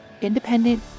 independent